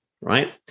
right